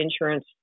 insurance